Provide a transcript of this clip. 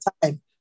time